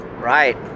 Right